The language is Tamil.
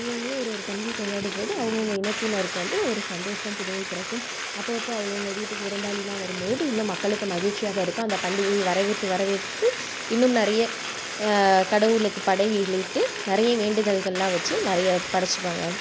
அவங்க அவங்களும் ஒரு ஒரு பண்டிகை கொண்டாடும் போது அவங்க அவங்க இனத்தினர்க்கு வந்து ஒரு சந்தோசம் புதுமை பிறக்கும் அப்போ அப்போ அவங்க அவங்க வீட்டுக்கு விருந்தாடிலாம் வரும்பொழுது இன்னும் மக்களுக்கு மகிழ்ச்சியாக இருக்கும் அந்த அந்த பண்டிகை வர வைத்து வர வைத்து இன்னும் நிறைய கடவுளுக்கு படையல் இட்டு நிறைய வேண்டுதல்கள்லாம் வச்சு நிறைய படைச்சிப்பாங்க